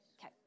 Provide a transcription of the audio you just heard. Okay